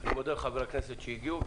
אני מודה לחברי הכנסת שהגיעו לכאן.